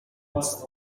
its